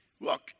Look